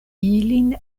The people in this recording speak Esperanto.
ilin